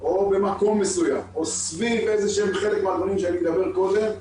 או במקום מסוים או סביב חלק מהדברים שדיברתי עליהם קודם,